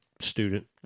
student